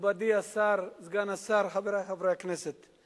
מכובדי השר, סגן השר, חברי חברי הכנסת,